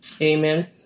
Amen